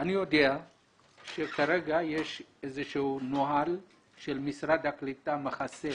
אני יודע שכרגע יש איזשהו נוהל שמשרד הקליטה מכסה